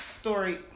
story